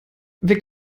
wir